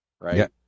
right